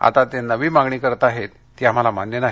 आता ते नवी मागणी करत आहेत ती आम्हाला मान्य नाही